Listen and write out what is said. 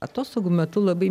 atostogų metu labai